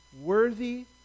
worthy